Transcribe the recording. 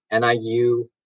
NIU